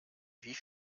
wie